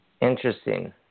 Interesting